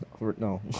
No